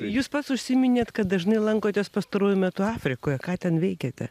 jūs pats užsiminėt kad dažnai lankotės pastaruoju metu afrikoje ką ten veikiate